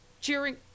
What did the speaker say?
cheering